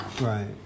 Right